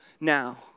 now